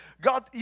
god